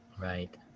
Right